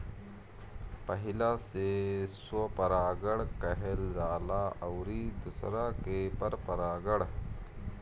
पहिला से स्वपरागण कहल जाला अउरी दुसरका के परपरागण